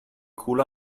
culo